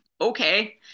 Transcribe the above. Okay